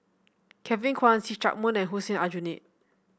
Kevin Kwan See Chak Mun and Hussein Aljunied